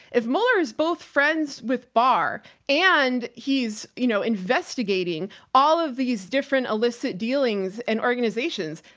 if mueller is both friends with barr and he's, you know, investigating all of these different illicit dealings and organizations,